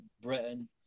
Britain